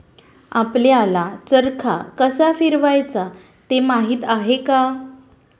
आपल्याला चरखा कसा फिरवायचा ते माहित आहे का?